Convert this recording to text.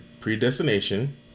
Predestination